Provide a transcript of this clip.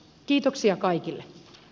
kiitoksia kaikille